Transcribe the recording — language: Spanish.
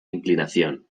inclinación